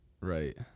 right